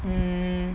hmm